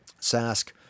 Sask